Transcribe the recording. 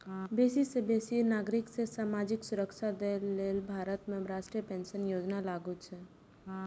बेसी सं बेसी नागरिक कें सामाजिक सुरक्षा दए लेल भारत में राष्ट्रीय पेंशन योजना लागू छै